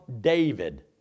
David